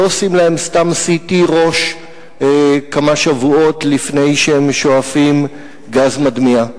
לא סתם עושים להם CT ראש כמה שבועות לפני שהם שואפים גז מדמיע,